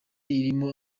irimo